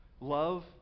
love